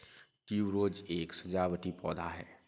tuberose एक सजावटी पौधा है